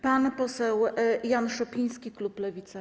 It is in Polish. Pan poseł Jan Szopiński, klub Lewica.